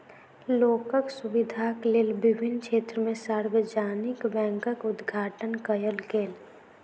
लोकक सुविधाक लेल विभिन्न क्षेत्र में सार्वजानिक बैंकक उद्घाटन कयल गेल